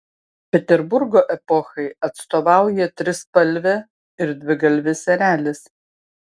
peterburgo epochai atstovauja trispalvė ir dvigalvis erelis